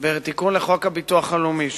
בתיקון לחוק הביטוח הלאומי,